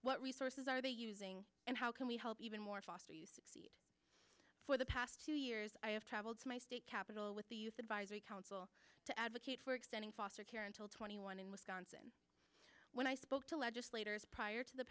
what resources are they using and how can we help even more foster you succeed for the past two years i have traveled to my state capital with the youth advisory council to advocate for extending foster care until twenty one in wisconsin when i spoke to legislators prior to the